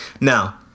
Now